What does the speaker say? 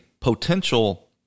potential